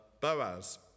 Boaz